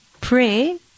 pray